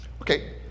Okay